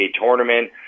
tournament